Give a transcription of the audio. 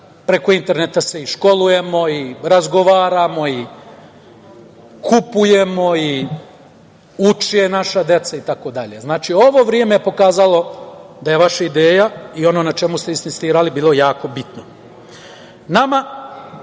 preko interneta se školujemo, razgovaramo, kupujemo, uče naša deca itd. Znači, ovo vreme je pokazalo da je vaša ideja i ono na čemu ste insistirali bilo jako bitno. Nama